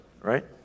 Right